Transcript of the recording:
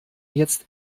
jetzt